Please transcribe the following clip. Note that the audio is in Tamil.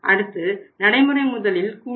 அடுத்து நடைமுறை முதலில் கூடுதல்